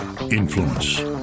influence